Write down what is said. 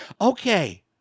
okay